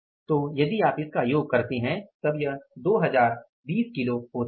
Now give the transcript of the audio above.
तो यदि आप इसका योग करते है तब यह 2020 किलो होता है